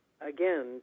Again